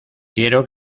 quiero